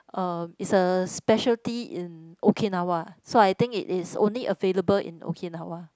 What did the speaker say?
uh it's a specialty in Okinawa so I think it is only available in Okinawa